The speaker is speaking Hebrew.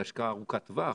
זה השקעה ארוכת טווח,